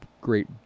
great